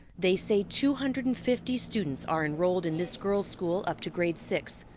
they say two hundred and fifty students are enrolled in this girls school up to grade six,